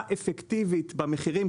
להפחתה אפקטיבית במחירים,